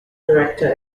director